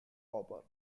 copper